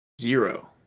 zero